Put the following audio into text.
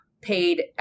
paid